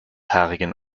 haarigen